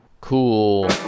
Cool